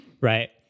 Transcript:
right